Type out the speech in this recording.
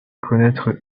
connaître